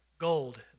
gold